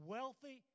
Wealthy